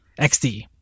XD